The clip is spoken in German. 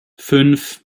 fünf